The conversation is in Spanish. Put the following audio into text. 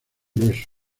grueso